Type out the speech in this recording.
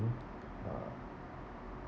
uh